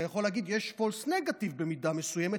אתה יכול להגיד שיש false negative במידה מסוימת,